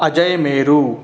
अजय्मेरुः